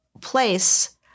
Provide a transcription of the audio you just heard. place